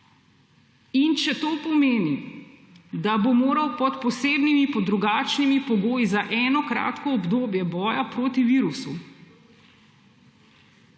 In če to pomeni, da bo moral pod posebnimi, pod drugačnimi pogoji za kratko obdobje boja proti virusu